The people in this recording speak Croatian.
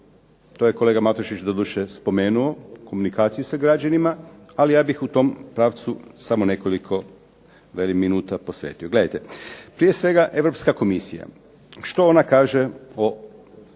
To je kolega Matušić, doduše spomenuo komunikaciju sa građanima, ali ja bih u tom pravcu samo nekoliko velim minuta posvetio. Gledajte, prije svega Europska komisija što ona kaže o